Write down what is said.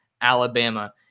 Alabama